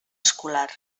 escolar